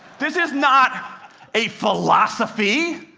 this is not a philosophy.